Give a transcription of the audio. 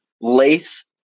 lace